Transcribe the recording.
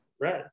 Right